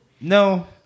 No